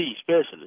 specialist